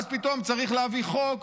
ואז פתאום צריך להביא חוק